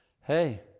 Hey